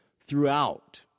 throughout